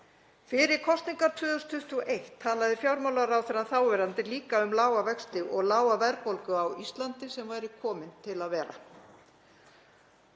Fyrir kosningar 2021 talaði þáverandi fjármálaráðherra líka um lága vexti og lága verðbólgu á Íslandi, sem væri komin til að vera.